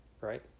right